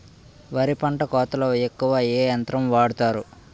వరి పంట కోతలొ ఎక్కువ ఏ యంత్రం వాడతారు?